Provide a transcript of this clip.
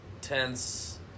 tense